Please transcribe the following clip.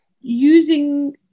using